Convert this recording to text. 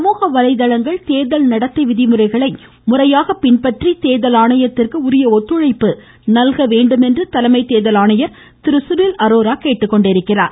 சமூக வலைதளங்கள் தேர்தல் நடத்தை விதிமுறைகளை முறையாக பின்பற்றி தேர்தல் ஆணையத்திற்கு ஒத்துழைப்பு வழங்கவேண்டும் என்று தலைமை தேர்தல் ஆணையர் திரு சுனில் அரோரா கூறியுள்ளார்